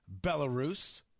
Belarus